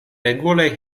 regulaj